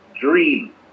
dream